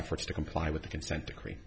efforts to comply with the consent decree